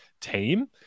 team